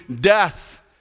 death